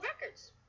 Records